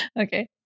Okay